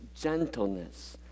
gentleness